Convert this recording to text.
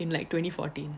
in like twenty fourteen